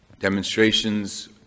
Demonstrations